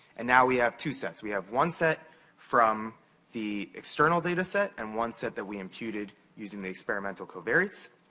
and now we have two sets. we have one set from the external data set, and one set that we imputed using the experimental covariates,